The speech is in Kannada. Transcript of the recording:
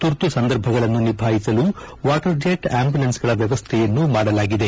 ತುರ್ತು ಸಂದರ್ಭಗಳನ್ನು ನಿಭಾಯಿಸಲು ವಾಟರ್ ಜೆಟ್ ಆಂಬುಲೆನ್ಸ್ಗಳ ವ್ಯವಸ್ಥೆಯನ್ನೂ ಮಾಡಲಾಗಿದೆ